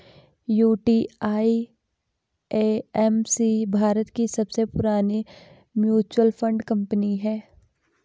UTI AMC Bharat की सबसे पुरानी म्यूचुअल फंड कंपनी है